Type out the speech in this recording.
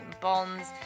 bonds